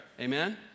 Amen